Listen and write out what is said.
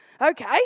Okay